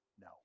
no